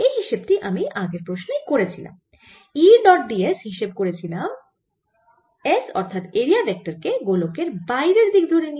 এই হিসেব টি আমি আগের প্রশ্নেই করেছিলাম E ডট d s হিসেব করেছিলাম s অর্থাৎ এরিয়া ভেক্টর কে গোলকের বাইরের দিক ধরে নিয়ে